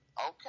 Okay